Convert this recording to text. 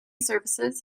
services